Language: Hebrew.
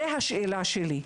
זו השאלה שלי.